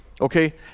Okay